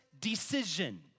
decision